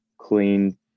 Clean